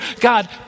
God